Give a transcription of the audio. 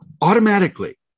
automatically